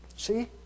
See